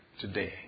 today